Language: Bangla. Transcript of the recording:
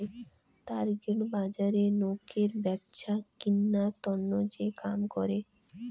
টার্গেট বজারে নোকের ব্যপছা কিনার তন্ন যে কাম করং